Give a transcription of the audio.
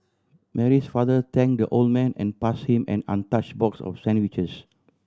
Mary's father thank the old man and pass him an untouch box of sandwiches